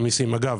אגב,